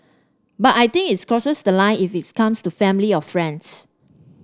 but I think it crosses the line if it's comes to family or friends